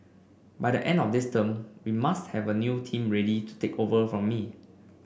by the end of this term we must have a new team ready to take over from me